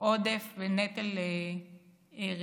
עודף ונטל רגולטורי,